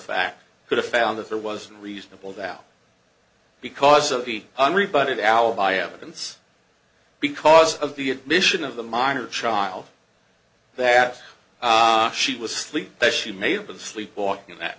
fact could have found that there wasn't reasonable doubt because of the rebut of alibi evidence because of the admission of the minor child that she was sleepy that she may have been sleepwalking that